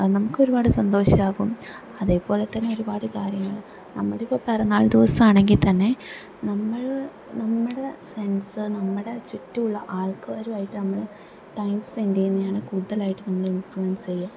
അത് നമുക്കൊരുപാട് സന്തോഷമാകും അതേപോലെ തന്നെ ഒരുപാട് കാര്യങ്ങൾ നമ്മളിപ്പം പിറന്നാൾ ദിവസമാണെങ്കിൽ തന്നെ നമ്മള് നമ്മുടെ ഫ്രണ്ട്സ് നമ്മുടെ ചുറ്റുവുള്ള ആൾക്കാരുമായിട്ട് നമ്മള് ടൈം സ്പെൻഡ് ചെയ്യുന്നതാണ് കൂടുതലയിട്ട് നമ്മളെ ഇൻഫ്ലൂവൻസ് ചെയ്യുക